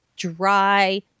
dry